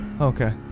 okay